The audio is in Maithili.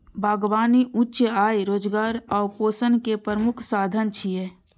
बागबानी उच्च आय, रोजगार आ पोषण के प्रमुख साधन छियै